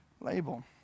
label